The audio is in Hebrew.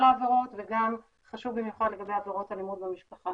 העבירות וגם חשוב במיוחד לגבי עבירות אלימות במשפחה.